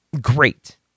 great